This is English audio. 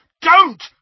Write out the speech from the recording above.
Don't